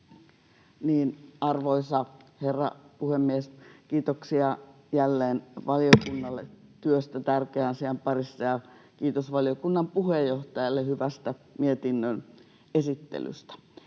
Arvoisa herra puhemies! Kiitoksia jälleen valiokunnalle työstä tärkeän asian parissa ja kiitos valiokunnan puheenjohtajalle hyvästä mietinnön esittelystä.